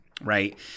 right